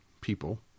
people